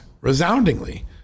resoundingly